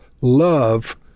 love